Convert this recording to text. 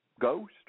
ghost